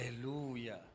hallelujah